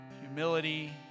Humility